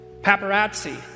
paparazzi